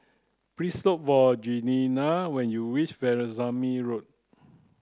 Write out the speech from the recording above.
please look for Jenelle when you reach Veerasamy Road